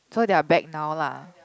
so they are back now lah